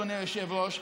אדוני היושב-ראש,